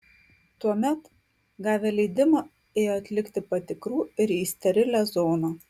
tuomet gavę leidimą ėjo atlikti patikrų ir į sterilią zoną